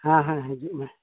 ᱦᱮᱸ ᱦᱮᱸ ᱦᱤᱡᱩᱜ ᱢᱮ